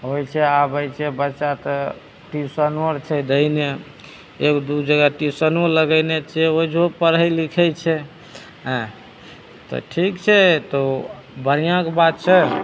ओहिके आबैके बच्चा तऽ ट्युशनो आर छै धैने एक दू जगह टीसनो लगैने छियै ओहिजुहो पढ़ैत लिखैत छै एँ तऽ ठीक छै तऽ ओ बढ़िआँ कऽ बात छै